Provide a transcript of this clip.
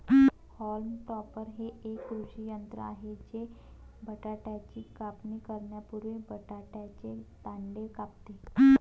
haulm topper हे एक कृषी यंत्र आहे जे बटाट्याची कापणी करण्यापूर्वी बटाट्याचे दांडे कापते